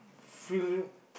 feel you